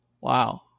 wow